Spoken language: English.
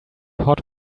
hot